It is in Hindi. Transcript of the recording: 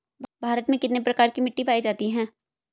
भारत में कितने प्रकार की मिट्टी पाई जाती हैं?